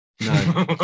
No